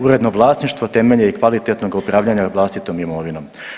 Uredno vlasništvo temelj je i kvalitetnog upravljanja vlastitom imovinom.